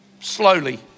slowly